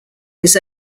his